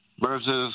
versus